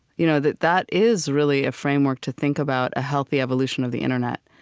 you know that that is really a framework to think about a healthy evolution of the internet,